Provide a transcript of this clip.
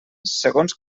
segons